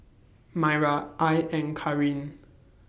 Myra I and Carin